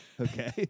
Okay